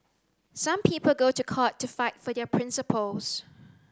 some people go to court to fight for their principles